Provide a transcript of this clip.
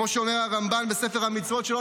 כמו שאומר הרמב"ן בספר המצוות: "שלא